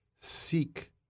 Seek